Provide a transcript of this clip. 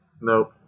Nope